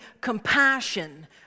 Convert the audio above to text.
compassion